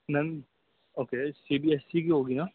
میم okay C B S C کی ہوگی نا